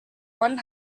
one